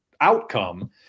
outcome